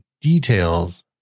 details